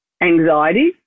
anxiety